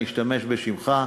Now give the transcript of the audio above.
אני אשתמש בשמך,